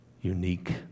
unique